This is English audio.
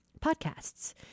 podcasts